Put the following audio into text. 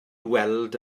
weld